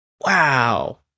wow